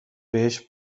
بهش